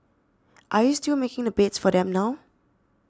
are you still making the beds for them now